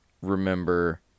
remember